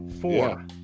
four